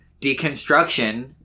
deconstruction